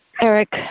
Eric